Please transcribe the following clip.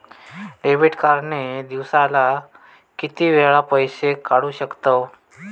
Debit card ने दिवसाला किती वेळा पैसे काढू शकतव?